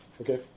Okay